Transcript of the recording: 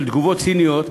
של תגובות ציניות,